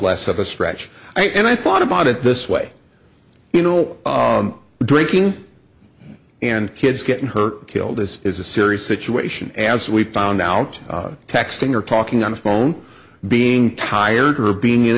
less of a stretch and i thought about it this way you know drinking and kids getting hurt killed this is a serious situation as we found out texting or talking on the phone being tired or being in